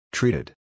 Treated